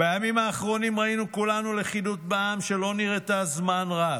בימים האחרונים ראינו כולנו לכידות בעם שלא נראתה זמן רב,